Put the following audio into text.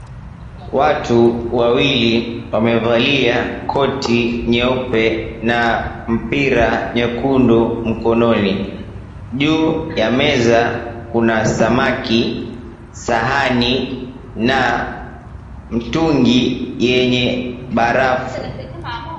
Watu wawili wamevalia koti nyeupe na mpira nyekundu mkononi. Juu ya meza kuna samaki, sahani, na mtungi yenye barafu.